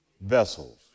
vessels